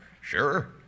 sure